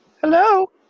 Hello